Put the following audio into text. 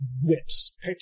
whips